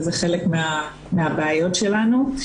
וזה חלק מהבעיות שלנו.